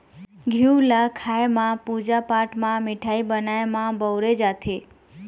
घींव ल खाए म, पूजा पाठ म, मिठाई बनाए म बउरे जाथे